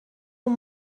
اون